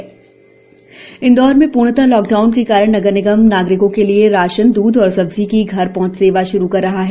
घर पहंच सेवा इंदौर में पूर्णत लॉक डाउन के कारण नगर निगम नागरिकों के लिए राशन दृध और सब्जी की घर पहंच सेवा श्रु कर रहा है